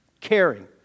caring